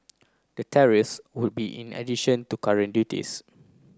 the Terre's would be in addition to current duties